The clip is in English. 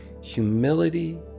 Humility